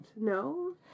no